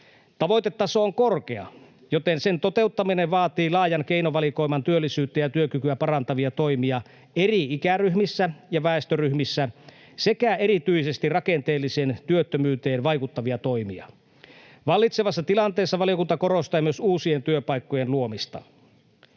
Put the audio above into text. Tavoitetaso on korkea, joten sen toteuttaminen vaatii laajan keinovalikoiman työllisyyttä ja työkykyä parantavia toimia eri ikäryhmissä ja väestöryhmissä sekä erityisesti rakenteelliseen työttömyyteen vaikuttavia toimia. Vallitsevassa tilanteessa valiokunta korostaa myös uusien työpaikkojen luomista.